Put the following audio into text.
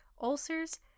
ulcers